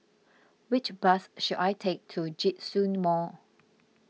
which bus should I take to Djitsun Mall